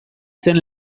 zen